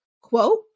Quote